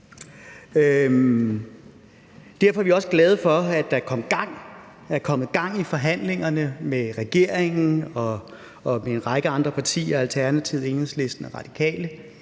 Derfor er vi også glade for, at der er kommet gang i forhandlingerne med regeringen og med en række andre partier, Alternativet, Enhedslisten og Radikale,